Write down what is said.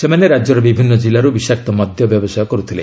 ସେମାନେ ରାଜ୍ୟର ବିଭିନ୍ନ କିଲ୍ଲାରୁ ବିଶାକ୍ତ ମଦ୍ୟ ବ୍ୟବସାୟ କରୁଥିଲେ